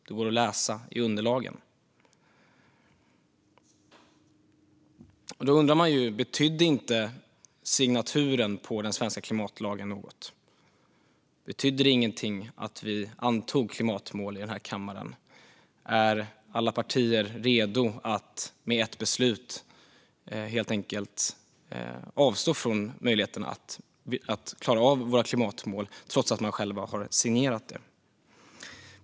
Det går att läsa i underlagen. Då undrar man: Betydde inte signaturen i fråga om den svenska klimatlagen något? Betydde det ingenting att vi antog klimatmål i denna kammare? Är alla partier redo att med ett beslut helt enkelt avstå från möjligheten att vi ska klara av våra klimatmål, trots att de själva har signerat det?